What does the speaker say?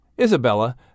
Isabella